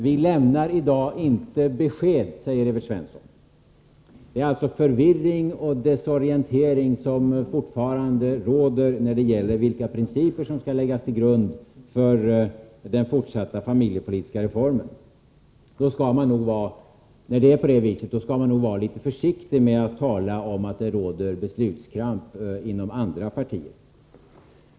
Vi lämnar i dag inte besked, säger Evert Svensson. Det är alltså förvirring och desorientering som fortfarande råder när det gäller vilka principer som skall läggas till grund för det fortsatta familjepolitiska reformarbetet. När det är på det viset skall man nog vara litet försiktig med att tala om att det råder beslutskramp inom andra partier.